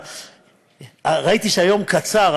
ראיתי שהיום קצר,